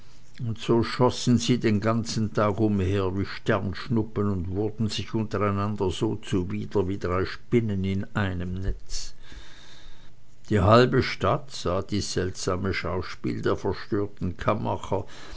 so schossen sie den ganzen tag umher wie sternschnuppen und wurden sich untereinander so zuwider wie drei spinnen in einem netz die halbe stadt sah dies seltsame schauspiel der verstörten